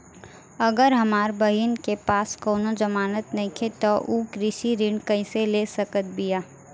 अगर हमार बहिन के पास कउनों जमानत नइखें त उ कृषि ऋण कइसे ले सकत बिया?